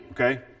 Okay